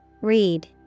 Read